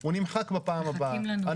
הוא נמחק בפעם הבאה.